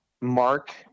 mark